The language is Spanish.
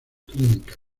clínica